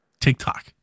TikTok